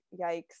yikes